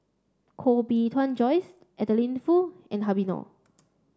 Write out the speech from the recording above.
Koh Bee Tuan Joyce Adeline Foo and Habib Noh